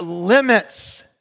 Limits